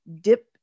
dip